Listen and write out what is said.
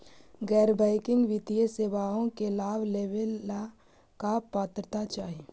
गैर बैंकिंग वित्तीय सेवाओं के लाभ लेवेला का पात्रता चाही?